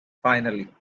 finally